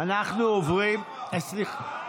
אנחנו עוברים, למה?